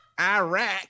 Iraq